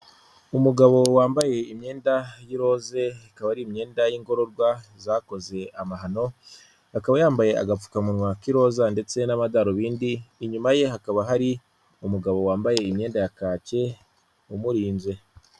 Umugabo wambaye imyenda y'iroze, ikaba ari imyenda y'ingororwa zakoze amahano, akaba yambaye agapfukamuwa ki roza ndetse n'amadarubindi , inyuma ye hakaba hari umugabo wambaye imyenda ya kake umurinze.